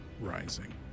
rising